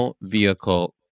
vehicle